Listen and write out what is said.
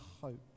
hope